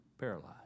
Paralyzed